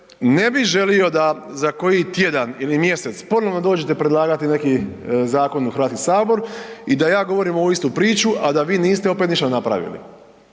ne bi želio da za koji tjedan ili mjesec ponovno dođete predlagati neki zakon u HS i da ja govorim ovu istu priču, a da vi niste opet ništa napravili.